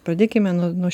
pradėkime nuo nuo